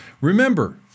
Remember